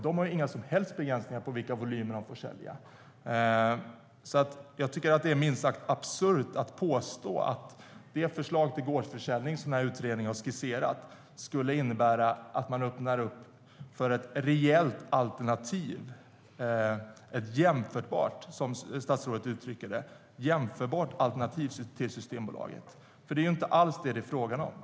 Det finns inga som helst begränsningar för vilka volymer Systembolagets butiker får sälja. Det är minst sagt absurt att påstå att det förslag till gårdsförsäljning som utredningen har skisserat skulle innebära att man öppnar för ett reellt - jämförbart, som statsrådet uttrycker det - alternativ till Systembolaget. Det är inte alls det som det är frågan om.